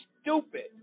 stupid